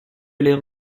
l’air